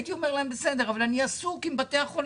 הייתי אומר להם: בסדר, אני עסוק עם בתי החולים,